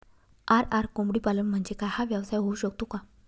RR कोंबडीपालन म्हणजे काय? हा व्यवसाय होऊ शकतो का?